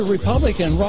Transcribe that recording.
Republican